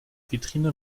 vitrine